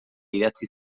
idatzi